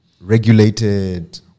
regulated